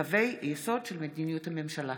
הסכם קואליציוני לכינון ממשלת